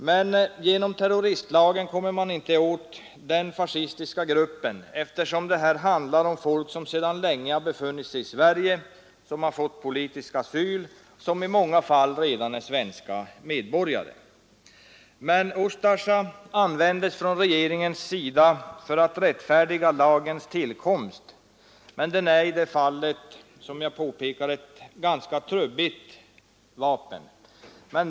Men genom terroristlagen kommer man inte åt denna fascistiska grupp, eftersom det här handlar om folk som sedan länge har befunnit sig i Sverige, som har fått politisk asyl här och som i många fall redan är svenska medborgare. Ustasja användes av regeringen för att rättfärdiga lagens tillkomst, men lagen är i det fallet, som jag påpekade, ett ganska trubbigt vapen.